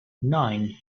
nine